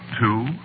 Two